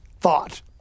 thought